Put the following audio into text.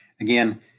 again